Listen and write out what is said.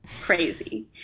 crazy